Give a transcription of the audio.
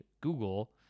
Google